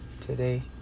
today